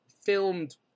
filmed